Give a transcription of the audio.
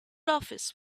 office